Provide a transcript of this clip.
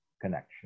connection